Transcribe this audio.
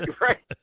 Right